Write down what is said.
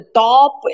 top